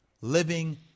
living